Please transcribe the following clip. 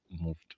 moved